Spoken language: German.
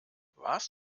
warst